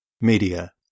media